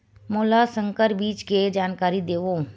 मोला संकर बीज के जानकारी देवो?